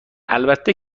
البته